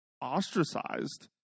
ostracized